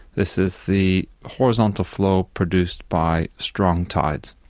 this is the horizontal flow produced by strong tides.